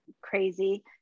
crazy